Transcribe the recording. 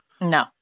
No